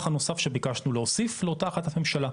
הנוסף שביקשנו להוסיף לאותה החלטת ממשלה.